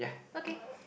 okay